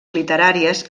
literàries